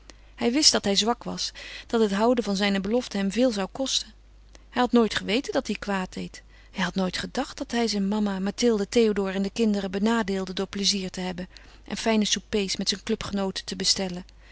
hij wist dat hij zwak was dat het houden van zijne belofte hem veel zou kosten hij had nooit geweten dat hij kwaad deed hij had nooit gedacht dat hij zijn mama mathilde théodore en de kinderen benadeelde door plezier te hebben en fijne soupers met zijn clubgenooten te bestellen